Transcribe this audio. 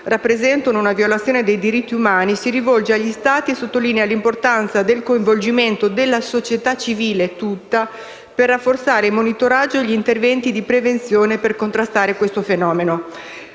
rappresentano una violazione dei diritti umani, si rivolge agli Stati e sottolinea l'importanza del coinvolgimento della società civile tutta per rafforzare il monitoraggio e gli interventi di prevenzione per contrastare questo fenomeno.